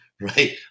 right